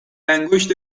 انگشت